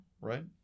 right